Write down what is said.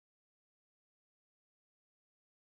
hippity hoppity women are property